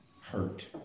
hurt